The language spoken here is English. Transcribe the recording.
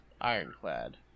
ironclad